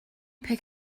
pick